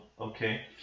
okay